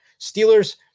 Steelers